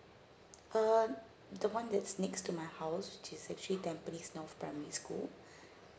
uh the one that's next to my house it's actually tampines north primary school